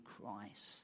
Christ